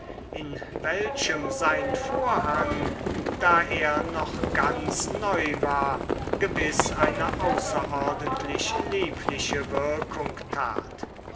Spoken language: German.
in welchem sein vorhang da er noch ganz neu war gewiß eine außerordentlich liebliche wirkung tat